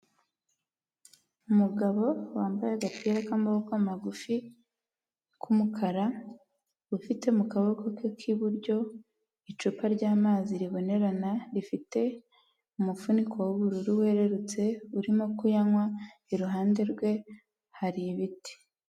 Umugabo wambaye agapira k'amaboko magufi k'umukara, ufite mu kaboko ke k'iburyo icupa ry'amazi ribonerana rifite umufuniko w'ubururu werurutse urimo kuyanywa, iruhande rwe hari ibiti.